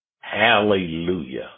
Hallelujah